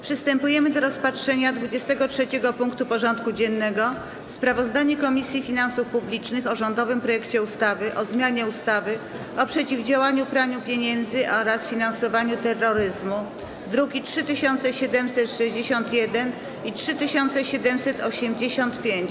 Przystępujemy do rozpatrzenia punktu 23. porządku dziennego: Sprawozdanie Komisji Finansów Publicznych o rządowym projekcie ustawy o zmianie ustawy o przeciwdziałaniu praniu pieniędzy oraz finansowaniu terroryzmu (druki nr 3761 i 3785)